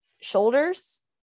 shoulders